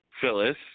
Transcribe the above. Phyllis